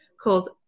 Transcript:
called